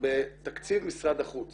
בתקציב משרד החוץ